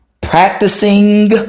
practicing